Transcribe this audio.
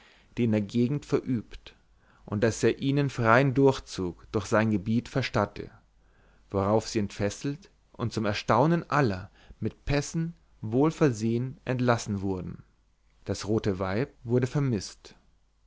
die in der gegend verübt und daß er ihnen freien durchzug durch sein gebiet verstatte worauf sie entfesselt und zum erstaunen aller mit pässen wohl versehen entlassen wurden das rote weib wurde vermißt